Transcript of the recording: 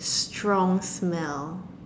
strong smell